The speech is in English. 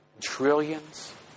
trillions